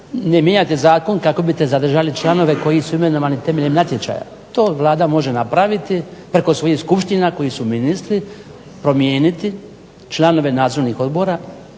ne mijenjate zakon kako biste zadržali članove koji su imenovani temeljem natječaja. To Vlada može napraviti preko svojih skupština koji su ministri, promijeniti članove nadzornih odbora